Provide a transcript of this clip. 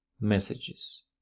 messages